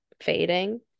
fading